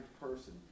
person